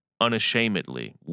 unashamedly